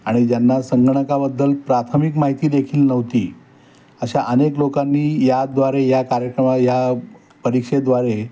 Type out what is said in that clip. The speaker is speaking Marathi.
आणि ज्यांना संगणकाबद्दल प्राथमिक माहिती देखील नव्हती अशा अनेक लोकांनी याद्वारे या कार्यक्रमा या परीक्षेद्वारे